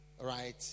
right